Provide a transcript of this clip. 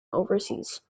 overseas